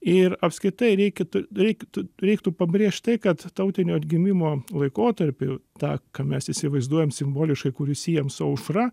ir apskritai reikėtų reiktų reiktų pabrėžt tai kad tautinio atgimimo laikotarpiu tą ką mes įsivaizduojam simboliškai kurį siejam su aušra